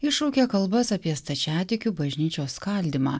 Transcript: iššaukė kalbas apie stačiatikių bažnyčios skaldymą